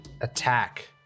attack